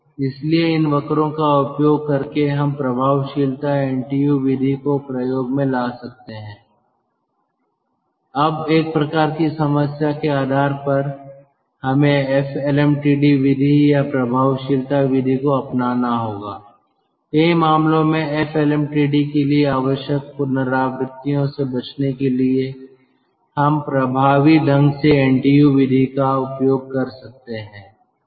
इसलिए इन वक्रो का उपयोग करके हम प्रभावशीलता NTU विधि को प्रयोग में ला सकते हैं अब एक प्रकार की समस्या के आधार पर हमें F एलएमटीडी विधि या प्रभावशीलता एनटीयू विधि को अपनाना होगा कई मामलों में F एलएमटीडी के लिए आवश्यक पुनरावृत्तियाँ से बचने के लिए हम प्रभावी ढंग से एनटीयू विधि का उपयोग कर सकते हैं